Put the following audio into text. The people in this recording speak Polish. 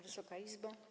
Wysoka Izbo!